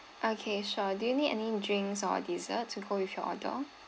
okay sure do you need any drinks or desserts to go with your order